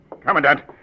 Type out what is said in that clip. Commandant